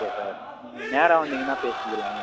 okay sir நீங்கள் நேராக வந்தீங்கனால் பேசிக்கலாம்